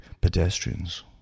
pedestrians